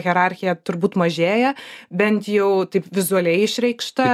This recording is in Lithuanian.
hierarchija turbūt mažėja bent jau taip vizualiai išreikšta